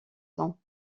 temps